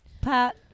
Pat